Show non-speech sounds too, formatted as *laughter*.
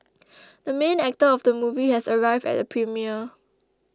*noise* the main actor of the movie has arrived at the premiere